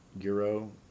Euro